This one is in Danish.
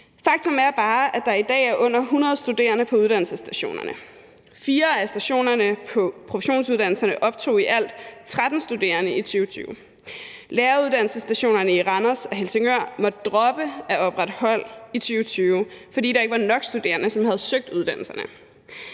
Faktum er bare, at der i dag er under 100 studerende på uddannelsesstationerne. 4 af stationerne på professionsuddannelserne optog i alt 13 studerende i 2020. Læreruddannelsesstationerne i Randers og Helsingør måtte droppe at oprette hold i 2020, fordi der ikke var nok studerende, som havde søgt uddannelserne.